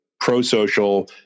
pro-social